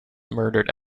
murdered